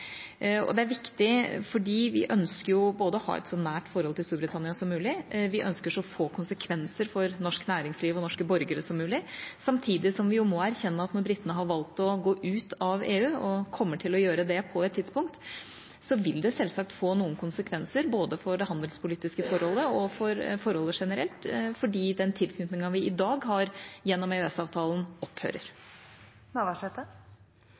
Det er viktig fordi vi ønsker å ha et så nært forhold til Storbritannia som mulig, og at det får så få konsekvenser for norsk næringsliv og norske borgere som mulig, samtidig som vi må erkjenne at når britene har valgt å gå ut av EU og kommer til å gjøre det på et tidspunkt, vil det selvsagt få noen konsekvenser for både det handelspolitiske forholdet og forholdet generelt, fordi den tilknytningen vi i dag har gjennom EØS-avtalen, opphører.